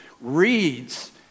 reads